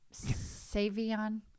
Savion